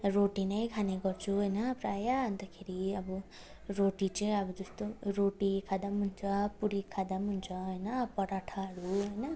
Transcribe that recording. रोटी नै खाने गर्छु होइन प्रायः अन्तखेरि अब रोटी चाहिँ अब त्यस्तो रोटी खाँदा पनि हुन्छ पुरी खाँदा पनि हुन्छ होइन पराठाहरू होइन